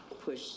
push